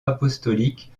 apostolique